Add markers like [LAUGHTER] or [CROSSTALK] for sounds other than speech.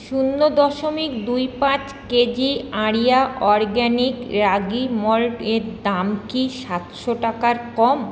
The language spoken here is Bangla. শূন্য দশমিক [UNINTELLIGIBLE] দুই পাঁচ কেজি আরিয়া অরগ্যানিক রাগি মল্ট এর দাম কি সাতশো টাকার কম